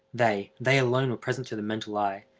they they alone were present to the mental eye,